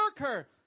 worker